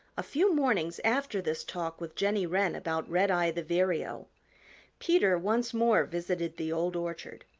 a few mornings after this talk with jenny wren about redeye the vireo peter once more visited the old orchard.